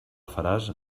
faràs